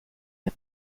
der